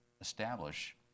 establish